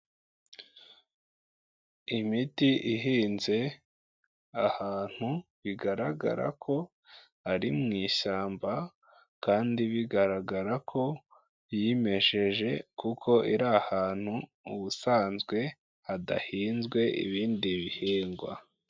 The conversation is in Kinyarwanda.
Imiti ihinze ahantu, bigaragara ko ari mu ishyamba kandi bigaragara ko yimejeje, kuko iri ahantu ubusanzwe hadahinzwe ibindi bihingwa.